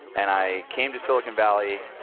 and i came to silicon valley,